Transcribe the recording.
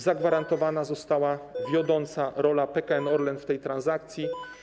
Zagwarantowana została wiodąca rola PKN Orlen w tej transakcji.